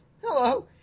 hello